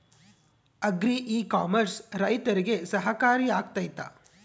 Agri e commerce ರೈತರಿಗೆ ಸಹಕಾರಿ ಆಗ್ತೈತಾ?